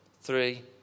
Three